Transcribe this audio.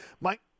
Mike